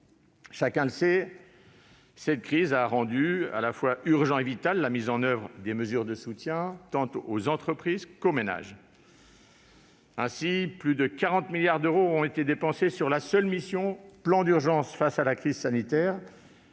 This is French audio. Chacun le sait, cette crise a rendu urgente et vitale la mise en oeuvre de mesures de soutien tant aux entreprises qu'aux ménages. Ainsi, plus de 40 milliards d'euros ont été dépensés sur la seule mission « Plan d'urgence face à la crise sanitaire »,